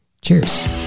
cheers